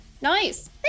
Nice